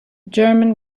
german